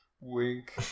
wink